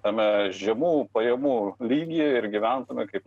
tame žemų pajamų lygį ir gyventume kaip